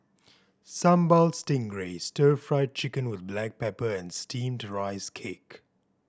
Sambal Stingray Stir Fried Chicken with black pepper and Steamed Rice Cake